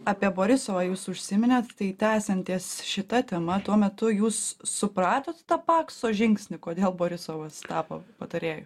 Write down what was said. apie borisovą jūs užsiminėt tai tęsiant ties šita tema tuo metu jūs supratot tą pakso žingsnį kodėl borisovas tapo patarėju